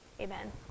Amen